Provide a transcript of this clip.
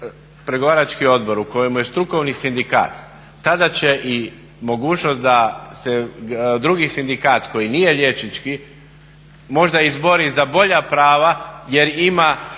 pregovarački odbor u kojemu je strukovni sindikat tada će i mogućnost da se drugi sindikat koji nije liječnički možda izbori za bolja prava jer ima